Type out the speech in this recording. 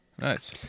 nice